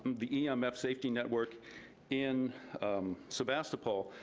the um emf safety network in sebastopol.